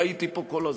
והייתי פה כל הזמן.